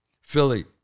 Philly